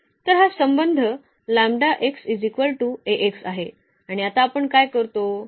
तर हा संबंध आहे आणि आता आपण काय करतो